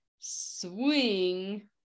swing